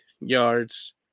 yards